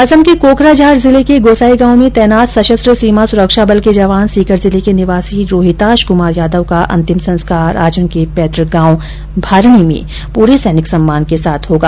असम के कोकराझार जिले के गौसाईगांव में तैनात सशस्त्र सीमा सुरक्षा बल के जवान सीकर जिले के निवासी रोहिताश कुमार यादव का अंतिम संस्कार आज उनके पैतुक गांव भारणी में पूरे सैनिक सम्मान के साथ होगा